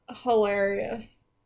hilarious